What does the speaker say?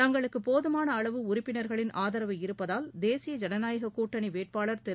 தங்களுக்குப் போதுமான அளவு உறுப்பினர்களின் ஆதரவு இருப்பதால் தேசிய ஜனநாயக கூட்டனி வேட்பாளர் திரு